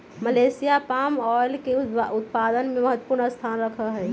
Malaysia palm oil के उत्पादन में महत्वपूर्ण स्थान रखा हई